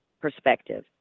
perspective